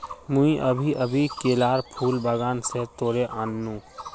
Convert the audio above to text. मुई अभी अभी केलार फूल बागान स तोड़े आन नु